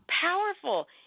powerful